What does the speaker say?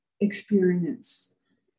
experience